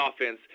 offense